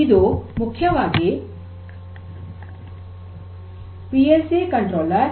ಇಂದು ಮುಖ್ಯವಾದ P L C controller